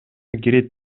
кирет